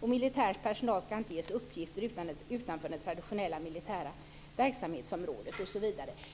Militär personal ska inte ges uppgifter utanför det traditionella militära verksamhetsområdet, osv.